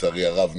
לצערי הרב,